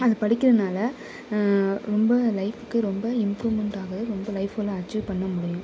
அத படிக்கிறதுனால ரொம்ப லைஃபுக்கு ரொம்ப இம்ப்ரூவ்மெண்டாக ரொம்ப லைஃப் ஃபுல்லாக அச்சீவ் பண்ண முடியும்